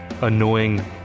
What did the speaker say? annoying